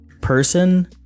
person